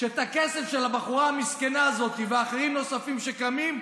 הכסף של הבחורה המסכנה הזאת ואחרים נוספים שקמים,